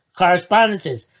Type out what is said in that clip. correspondences